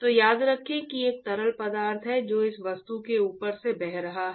तो याद रखें कि एक तरल पदार्थ है जो इस वस्तु के ऊपर से बह रहा है